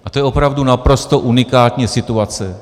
A to je opravdu naprosto unikátní situace.